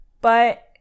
But-